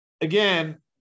again